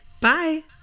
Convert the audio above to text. Bye